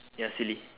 ya silly